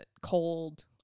cold